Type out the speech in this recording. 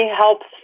helps